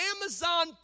Amazon